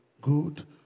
good